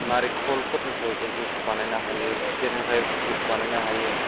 नालेंखरफोरनिफ्रायबो juice बानायनो हायो खुसेरनिफ्रायबो जुइस बानायनो हायो